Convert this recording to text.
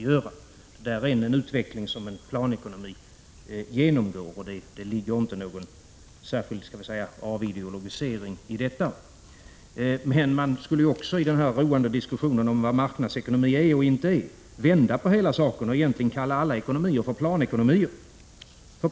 Det är en utveckling som en planekonomi genomgår, och det ligger inte någon särskild avideologisering i detta. Vi skulle också, i denna roande diskussion om vad marknadsekonomi är och inte är, kunna vända på hela saken och kalla alla ekonomier för planekonomier.